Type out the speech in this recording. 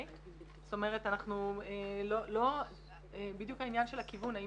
זאת אומרת, בדיוק העניין של הכיוון, האם